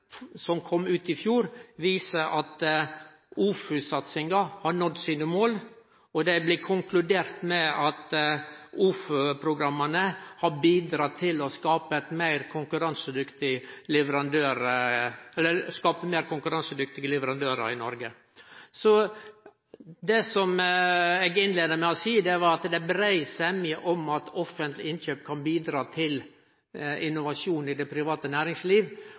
som kom i fjor, viser at OFU-satsinga har nådd sine mål. Det blir konkludert med at OFU-programma har bidratt til å skape meir konkurransedyktige leverandørar i Noreg. Det som eg innleidde med å seie, var at det er brei semje om at offentlege innkjøp kan bidra til innovasjon i det private næringsliv.